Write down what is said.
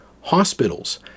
hospitals